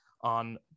on